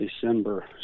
December